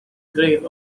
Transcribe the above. grave